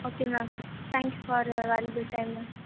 okay ma'am thank you for valuable time ma'am